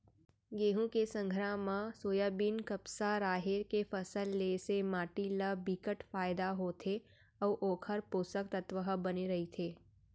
गहूँ के संघरा म सोयाबीन, कपसा, राहेर के फसल ले से माटी ल बिकट फायदा होथे अउ ओखर पोसक तत्व ह बने रहिथे